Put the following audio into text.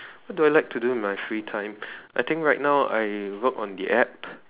what do I like to do in my free time I think right now I work on the App